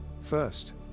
First